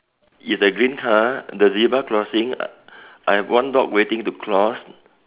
is the green car the zebra crossing I I have one dog waiting to cross